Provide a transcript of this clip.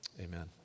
Amen